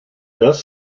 thus